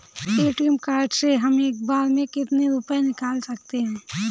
ATM card से हम एक बार में कितने रुपये निकाल सकते हैं?